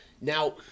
Now